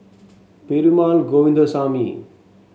Perumal Govindaswamy